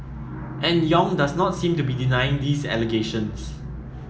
and Yong does not seem to be denying these allegations